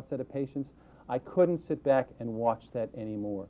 instead of patients i couldn't sit back and watch that anymore